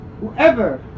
Whoever